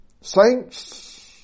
Saints